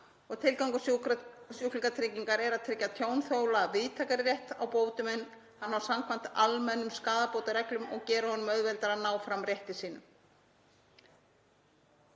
tilgangur sjúklingatryggingar er að tryggja tjónþola víðtækari rétt á bótum en hann á samkvæmt almennum skaðabótareglum og gera honum auðveldara að ná fram rétti sínum.